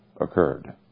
occurred